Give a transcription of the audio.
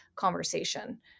conversation